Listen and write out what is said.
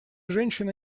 женщина